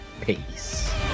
Peace